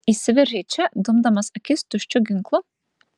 įsiveržei čia dumdamas akis tuščiu ginklu